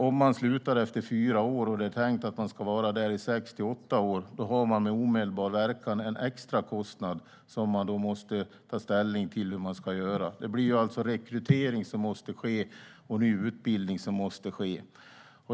Om man slutar efter fyra år och det var tänkt att man skulle vara där i sex till åtta år, då har Försvarsmakten med omedelbar verkan en extra kostnad som den måste ta ställning till. Nyrekrytering och ny utbildning måste ske.